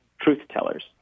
truth-tellers